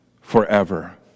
forever